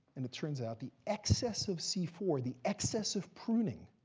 and it turns out the excess of c four, the excess of pruning,